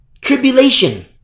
Tribulation